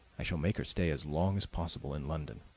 i shall make her stay as long as possible in london.